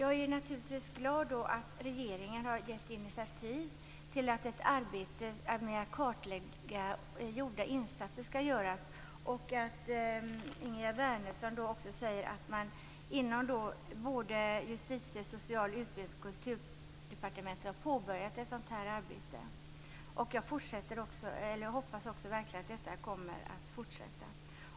Jag är naturligtvis glad att regeringen har tagit initiativ till att ett arbete med att kartlägga gjorda insatser skall göras och att Ingegerd Wärnersson säger att man inom Justitie-, Social-, Utbildnings och Kulturdepartementet har påbörjat ett sådant arbete. Jag hoppas verkligen att detta kommer att fortsätta.